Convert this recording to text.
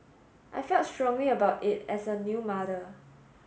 I felt strongly about it as a new mother